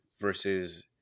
versus